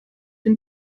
den